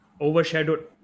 overshadowed